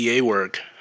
work